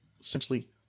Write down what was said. essentially